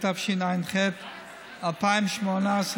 התשע"ח 2018,